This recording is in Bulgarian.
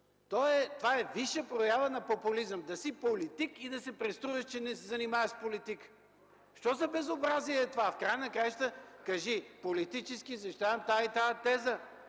Това е висша проява на популизъм – да си политик и да се преструваш, че не се занимаваш с политика! Що за безобразие е това?! В края на краищата кажи: „Политически защитавам тази и тази